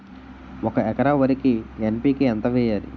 ఒక ఎకర వరికి ఎన్.పి.కే ఎంత వేయాలి?